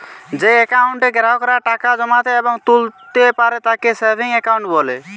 যেই একাউন্টে গ্রাহকেরা টাকা জমাতে এবং তুলতা পারে তাকে সেভিংস একাউন্ট বলে